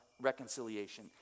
reconciliation